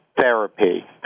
therapy